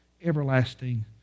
everlasting